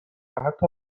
حتی